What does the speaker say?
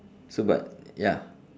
so but ya